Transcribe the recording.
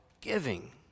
giving